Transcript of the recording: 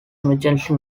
emergency